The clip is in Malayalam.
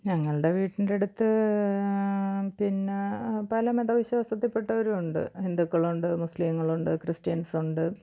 ഞങ്ങളുടെ വീട്ടിൻ്റെ അടുത്ത് പിന്നെ പല മതവിശ്വാസത്തിൽ പെട്ടവരുമുണ്ട് ഹിന്ദുക്കളുണ്ട് മുസ്ലീങ്ങളുണ്ട് ക്രിസ്ത്യൻസുണ്ട്